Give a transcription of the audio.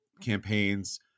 campaigns